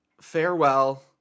farewell